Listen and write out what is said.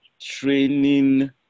training